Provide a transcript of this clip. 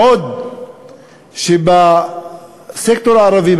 בעוד שבסקטור הערבי,